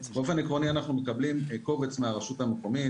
באופן עקרוני אנחנו מקבלים קובץ מהרשות המקומית.